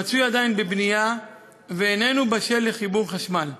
מצוי עדיין בבנייה ואיננו בשל לחיבור חשמל.